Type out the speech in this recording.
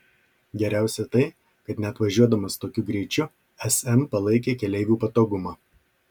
geriausia tai kad net važiuodamas tokiu greičiu sm palaikė keleivių patogumą